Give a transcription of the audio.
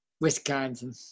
Wisconsin